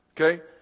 Okay